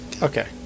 Okay